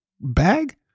bag